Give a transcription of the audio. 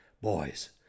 boys